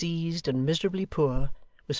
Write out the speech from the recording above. diseased and miserably poor,